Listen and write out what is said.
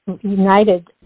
united